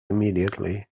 immediately